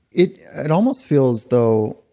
it it almost feels though,